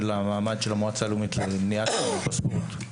המעמד של המועצה הלאומית למניעת אלימות בספורט,